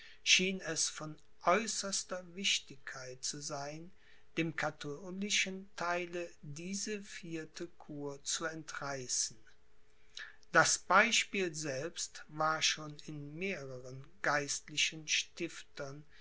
es von äußerster wichtigkeit zu sein dem katholischen theile diese vierte kur zu entreißen das beispiel selbst war schon in mehrern geistlichen stiftern